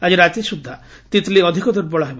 ଆଜି ରାତିସୁଦ୍ଧା ତିତ୍ଲି ଅଧିକ ଦୁର୍ବଳ ହେବ